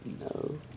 No